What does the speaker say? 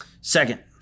Second